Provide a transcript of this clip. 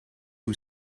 who